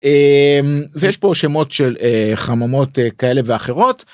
יש פה שמות של חממות כאלה ואחרות.